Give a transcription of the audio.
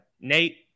Nate